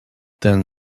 then